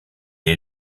est